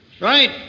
Right